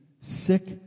sick